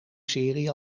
serie